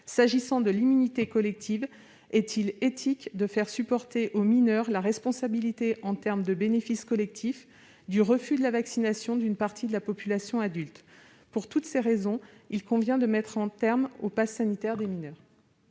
S'agissant de l'immunité collective, est-il éthique de faire porter aux mineurs la responsabilité, en termes de bénéfice collectif, du refus de la vaccination d'une partie de la population adulte ?» Pour toutes ces raisons, il convient de mettre un terme au passe sanitaire pour les mineurs.